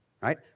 Right